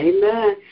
Amen